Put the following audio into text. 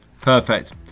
Perfect